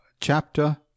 chapter